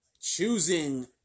choosing